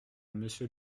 monsieur